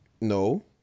No